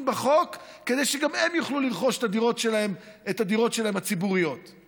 בחוק כדי שגם הן יוכלו לרכוש את הדירות הציבוריות שלהם.